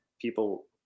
people